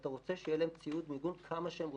ואתה רוצה שיהיה להם ציוד מיגון כמה שהם רוצים,